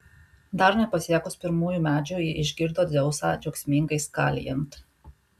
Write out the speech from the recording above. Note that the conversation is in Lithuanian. dar nepasiekus pirmųjų medžių ji išgirdo dzeusą džiaugsmingai skalijant